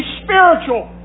spiritual